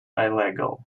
illegal